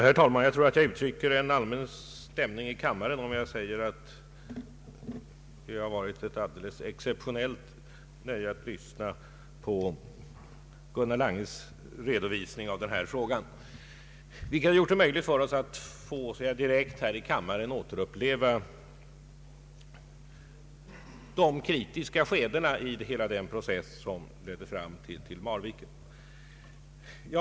Herr talman! Jag tror att jag ger uttryck för en allmän stämning i kammaren om jag säger att det har varit ett alldeles exceptionellt nöje att lyssna till Gunnar Langes redovisning av denna fråga. Den har gjort det möjligt för oss att här i kammaren direkt få återuppleva de kritiska skedena i hela den process som ledde fram till Marvikenprojektets nuvarande läge.